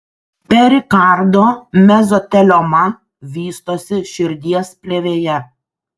perikardo mezotelioma vystosi širdies plėvėje